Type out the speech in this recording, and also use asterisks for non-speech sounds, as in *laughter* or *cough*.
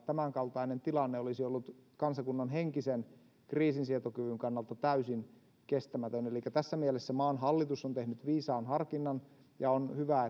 tämän kaltainen tilanne olisi ollut kansakunnan henkisen kriisinsietokyvyn kannalta täysin kestämätön elikkä tässä mielessä maan hallitus on tehnyt viisaan harkinnan ja on hyvä *unintelligible*